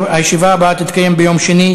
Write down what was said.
הישיבה הבאה תתקיים ביום שני,